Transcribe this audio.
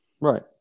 Right